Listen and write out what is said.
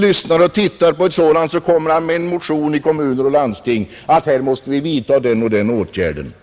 lyssnar och tittar på ett sådant program, så kommer han med en motion i kommun och landsting om att vi måste vidta den och den åtgärden.